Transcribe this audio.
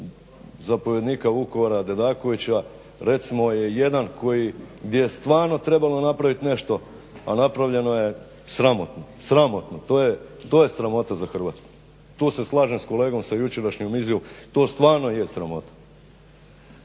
zapovjednika Vukovara Dedakovića recimo je jedan gdje je stvarno trebalo napraviti nešto, a napravljeno je sramotno, sramotno! To je sramota za Hrvatsku! Tu se slažem s kolegom sa jučerašnjom izjavom to stvarno je sramota.